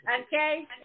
Okay